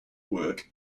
work